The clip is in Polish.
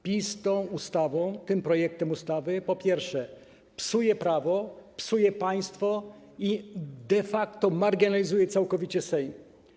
PiS tym projektem ustawy, po pierwsze, psuje prawo, psuje państwo i de facto marginalizuje całkowicie Sejm.